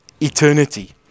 eternity